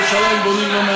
בירושלים?